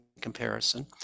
comparison